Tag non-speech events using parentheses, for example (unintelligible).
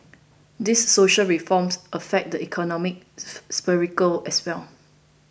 these social reforms affect the economic (unintelligible) as well